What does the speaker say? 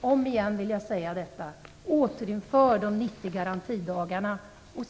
återigen säga detta - att vi nu återinför de 90 garantidagarna.